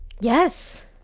Yes